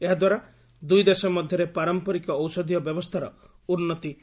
ଏହାଦ୍ୱାରା ଦୁଇ ଦେଶ ମଧ୍ୟରେ ପାରମ୍ପରିକ ଔଷଧୀୟ ବ୍ୟବସ୍ଥାର ଉନ୍ନତି ହୋଇପାରିବ